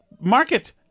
market